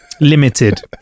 Limited